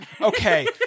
Okay